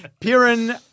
Piran